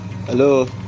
Hello